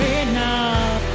enough